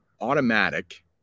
automatic